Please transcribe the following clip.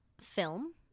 film